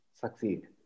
succeed